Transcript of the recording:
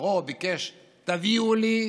פרעה ביקש: תביאו לי,